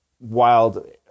wild